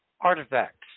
artifacts